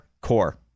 core